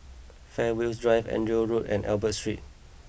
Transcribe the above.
Fairways Drive Andrew Road and Albert Street